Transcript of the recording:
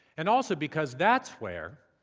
and also because that's where,